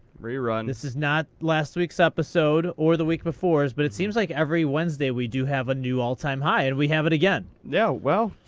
rerun. this is not last week's episode or the week before. but it seems like every wednesday, we do have a new all time high. and we have it again. yeah well,